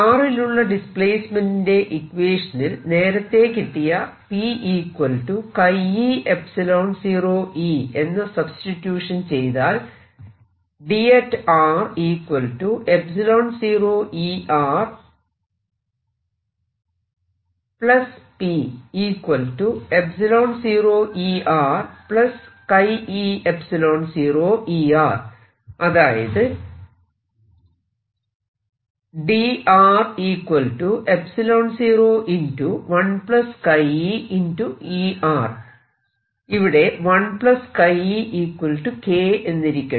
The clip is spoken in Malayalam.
r ലുള്ള ഡിസ്പ്ലേസ്മെന്റിന്റെ ഇക്വേഷനിൽ നേരത്തെ കിട്ടിയ P e 0 E എന്ന സബ്സ്റ്റിട്യൂഷൻ ചെയ്താൽ അതായത് ഇവിടെ 1 e K എന്നിരിക്കട്ടെ